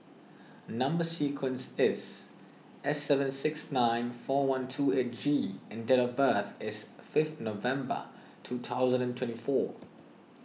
Number Sequence is S seven six nine four one two eight G and date of birth is fifth November two thousand and twenty four